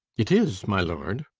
it is, my lord.